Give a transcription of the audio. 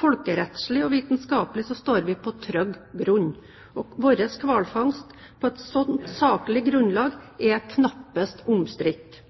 Folkerettslig og vitenskaplig står vi på trygg grunn, og vår hvalfangst er på et slikt saklig grunnlag knappest omstridt.